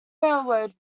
railroad